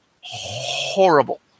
horrible